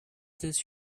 this